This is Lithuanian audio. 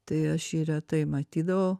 tai aš jį retai matydavau